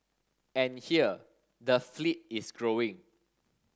and here the fleet is growing